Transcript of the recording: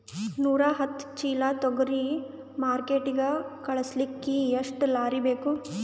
ನೂರಾಹತ್ತ ಚೀಲಾ ತೊಗರಿ ಮಾರ್ಕಿಟಿಗ ಕಳಸಲಿಕ್ಕಿ ಎಷ್ಟ ಲಾರಿ ಬೇಕು?